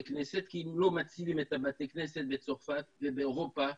הכנסת כי אם לא מצילים את בתי הכנסת בצרפת ובאירופה,